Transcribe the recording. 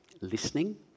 listening